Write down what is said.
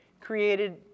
created